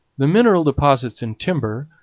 the mineral deposits and timber,